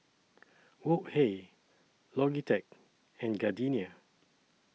Wok Hey Logitech and Gardenia